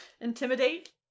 Intimidate